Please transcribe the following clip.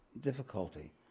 difficulty